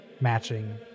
matching